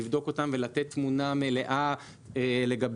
לבדוק אותם ולתת תמונה מלאה לגביהם.